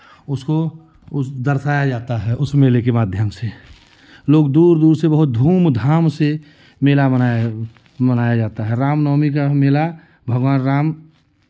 उसको उस दर्शाया जाता है उस मेले के माध्यम से लोग दूर दूर से बहुत धूम धाम से मेला मनाया मनाया जाता है राम नवमी का मेला भगवान राम